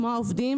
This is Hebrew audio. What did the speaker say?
כמו העובדים,